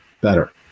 better